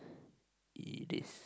it is